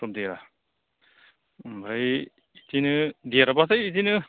थाब देरा आमफ्राय बिदिनो देरबाथाय बिदिनो